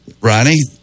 Ronnie